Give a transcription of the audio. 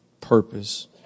purpose